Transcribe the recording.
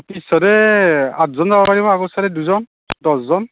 পিছফালে আঠজন যাব পাৰিব আগৰ ছাইদে দুজন দহজন